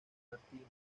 martínez